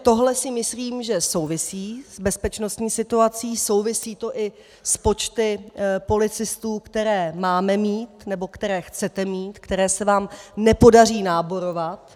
Tohle si myslím, že souvisí s bezpečnostní situací, souvisí to i s počty policistů, které máme mít, nebo které chcete mít, které se vám nepodaří náborovat.